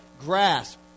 grasp